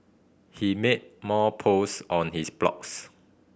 he made more post on his blogs